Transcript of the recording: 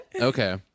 okay